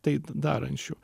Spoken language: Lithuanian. tai darančių